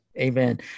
Amen